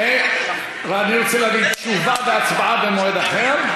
אני רוצה להבין, תשובה והצבעה במועד אחר?